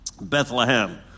Bethlehem